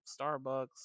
Starbucks